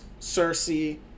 Cersei